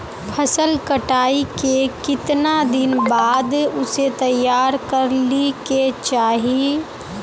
फसल कटाई के कीतना दिन बाद उसे तैयार कर ली के चाहिए?